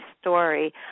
story